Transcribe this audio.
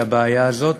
לבעיה הזאת.